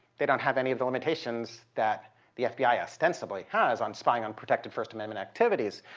they don't have any of the limitations that the fbi ostensibly has on spying on protected first amendment activities.